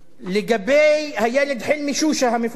לגבי הילד חילמי שושא המפורסם,